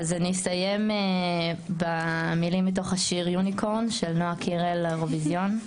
אני אסיים במילים מתוך השיר יוניקורן של נועה קירל לאירוויזיון,